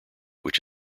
which